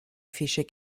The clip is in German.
fische